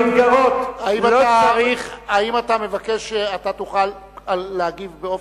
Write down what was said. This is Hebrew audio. האם אתה מבקש, אתה תוכל להגיב באופן,